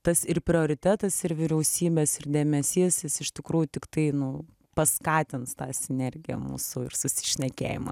tas ir prioritetas ir vyriausybės ir dėmesys jis iš tikrųjų tiktai nu paskatins tą sinergiją mūsų ir susišnekėjimą